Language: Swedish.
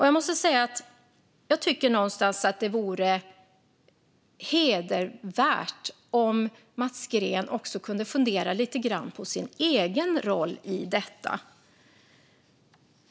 Jag måste säga att jag någonstans tycker att det vore hedervärt om Mats Green också kunde fundera lite grann på sin egen roll i detta.